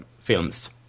films